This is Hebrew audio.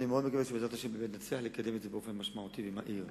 אני מאוד מקווה שבעזרת השם באמת נצליח לקדם את זה באופן משמעותי ומהיר.